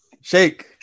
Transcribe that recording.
Shake